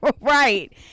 Right